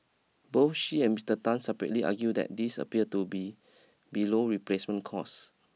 both she and Mister Tan separately argue that this appear to be below replacement cost